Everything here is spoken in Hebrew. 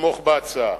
לתמוך בהצעה.